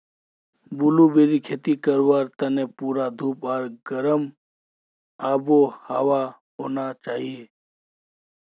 ब्लूबेरीर खेती करवार तने पूरा धूप आर गर्म आबोहवा होना चाहिए